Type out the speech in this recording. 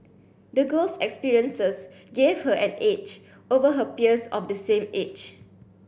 the girl's experiences gave her an edge over her peers of the same age